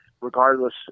regardless